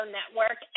Network